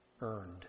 Earned